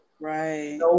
Right